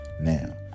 Now